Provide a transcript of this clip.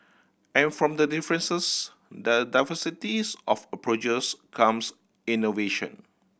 and from the differences the diversities of approaches comes innovation